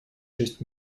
шесть